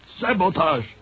Sabotage